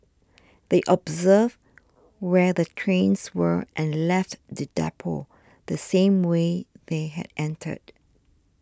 they observed where the trains were and left the depot the same way they had entered